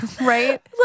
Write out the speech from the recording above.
right